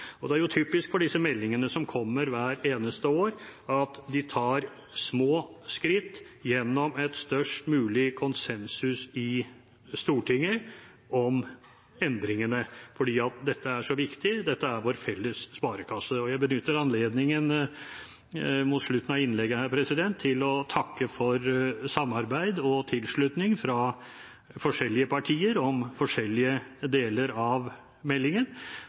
Og det er jo typisk for disse meldingene som kommer hvert eneste år, at de tar små skritt gjennom en størst mulig konsensus i Stortinget om endringene, for dette er så viktig. Dette er vår felles sparekasse. Jeg benytter anledningen her mot slutten av innlegget til å takke for samarbeid og tilslutning fra forskjellige partier om forskjellige deler av meldingen.